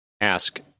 ask